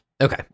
Okay